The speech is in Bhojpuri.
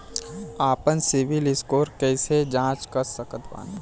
आपन सीबील स्कोर कैसे जांच सकत बानी?